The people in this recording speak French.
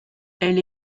elle